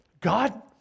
God